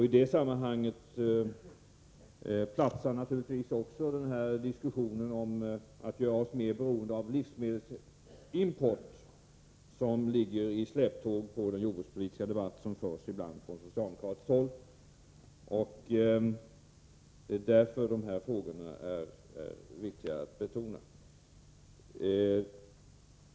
I det sammanhanget ”platsar” naturligtvis också diskussionen om att göra oss mer beroende av livsmedelsimport, som ligger i släptåg på den jordbrukspolitiska debatt som förs ibland från socialdemokratiskt håll. Därför är de här frågorna viktiga att betona.